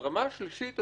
ברמה השלישית,